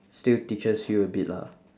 still teaches you a bit lah